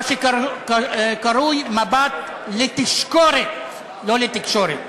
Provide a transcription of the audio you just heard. מה שקרוי "מבט לתשקורת", לא לתקשורת.